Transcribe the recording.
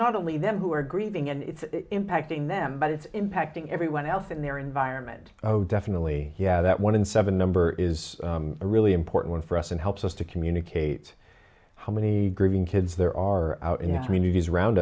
not only them who are grieving and it's impacting them but it's impacting everyone else in their environment oh definitely yeah that one in seven number is really important for us and helps us to communicate how many grieving kids there are out and communities around